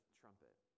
trumpet